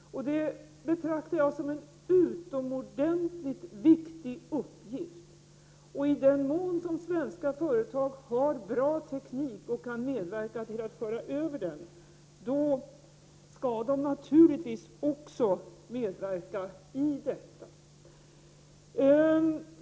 Jag betraktar detta som en utomordentligt viktig uppgift. I den mån som svenska företag har bra teknik och kan medverka till att föra över denna skall naturligtvis också de medverka i det.